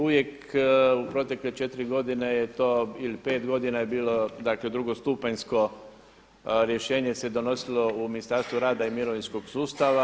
Uvijek u protekle četiri godine je to ili pet godina je bilo, dakle drugostupanjsko rješenje se donosilo u Ministarstvu rada i mirovinskog sustava.